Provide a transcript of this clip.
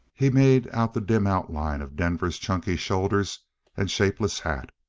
he made out the dim outline of denver's chunky shoulders and shapeless hat.